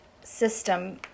system